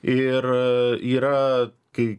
ir yra kai